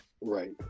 right